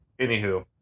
Anywho